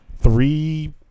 three